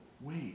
wait